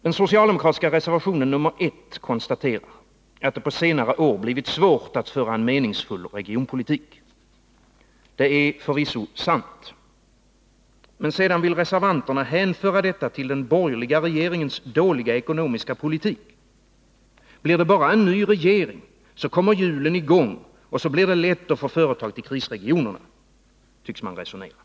Den socialdemokratiska reservationen nr 1 konstaterar att det på senare år blivit svårt att föra en meningsfull regionpolitik. Det är förvisso sant. Men sedan vill reservanterna hänföra detta till den borgerliga regeringens dåliga ekonomiska politik. Blir det bara en ny regering kommer hjulen i gång, och så blir det lätt att få företag till krisregionerna, tycks man resonera.